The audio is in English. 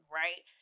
right